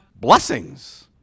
blessings